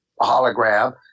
hologram